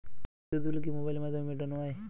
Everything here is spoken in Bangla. বিদ্যুৎ বিল কি মোবাইলের মাধ্যমে মেটানো য়ায়?